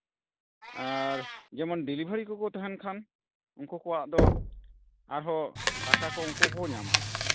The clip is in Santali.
ᱟᱨ ᱡᱮᱢᱚᱱ ᱰᱮᱞᱤᱵᱷᱮᱨᱤ ᱠᱚᱠᱚ ᱛᱟᱦᱮᱱ ᱠᱷᱟᱱ ᱩᱱᱠᱩ ᱠᱚᱣᱟᱜ ᱫᱚ ᱟᱨᱦᱚᱸ ᱴᱟᱠᱟᱠᱚ ᱩᱱᱠᱩ ᱠᱚ ᱧᱟᱢᱟ ᱟᱨᱦᱚᱸ